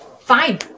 fine